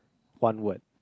one word